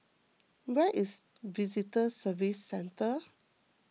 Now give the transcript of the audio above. where is Visitor Services Centre